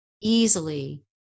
easily